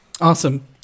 Awesome